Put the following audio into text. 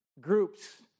groups